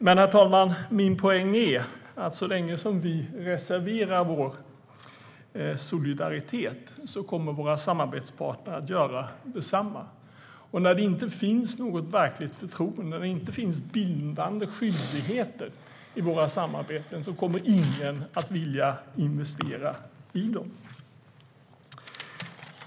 Min poäng är dock följande, herr talman: Så länge vi villkorar vår solidaritet kommer våra samarbetspartner att göra detsamma. När det inte finns något verkligt förtroende och när det inte finns bindande skyldigheter i våra samarbeten kommer ingen att vilja investera i dem.